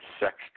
sex